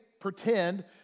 pretend